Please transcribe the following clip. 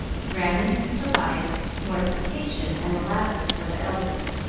granny, tobias, mortification, and molasses were the elders.